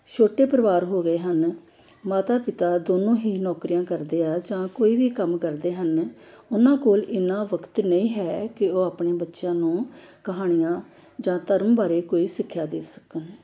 ਛੋਟੇ ਪਰਿਵਾਰ ਹੋ ਗਏ ਹਨ ਮਾਤਾ ਪਿਤਾ ਦੋਨੋਂ ਹੀ ਨੌਕਰੀਆਂ ਕਰਦੇ ਹੈ ਜਾਂ ਕੋਈ ਵੀ ਕੰਮ ਕਰਦੇ ਹਨ ਉਹਨਾਂ ਕੋਲ ਇੰਨਾਂ ਵਕਤ ਨਹੀਂ ਹੈ ਕਿ ਉਹ ਆਪਣੇ ਬੱਚਿਆਂ ਨੂੰ ਕਹਾਣੀਆਂ ਜਾਂ ਧਰਮ ਬਾਰੇ ਕੋਈ ਸਿੱਖਿਆ ਦੇ ਸਕਣ